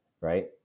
Right